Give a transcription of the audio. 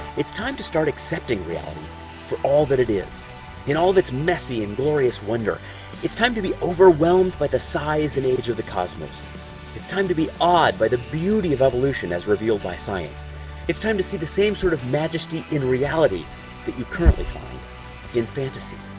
it's time to start accepting reality to all that it is in all that's messy and glorious wonder it's time to be overwhelmed by the size and age of the cosmos it's time to be awed by the beauty of evolution as revealed by science it's time to see the same sort of majesty in reality that you currently find in fantasy